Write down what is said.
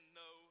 no